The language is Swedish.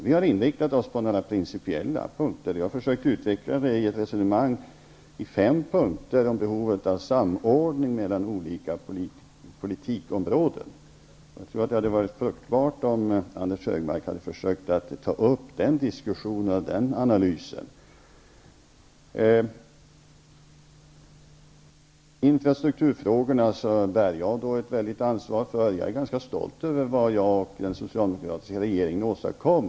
Vi har inriktat oss på några principiella punkter. Jag försökte i ett resonemang på fem punkter utveckla behovet av samordning mellan olika politikområden. Det hade varit fruktbart om Anders G Högmark hade försökt ta upp en analys. Infrastrukturfrågorna bär jag ett väldigt stort ansvar för. Jag är ganska stolt över vad jag och den socialdemokratiska regeringen åstadkom.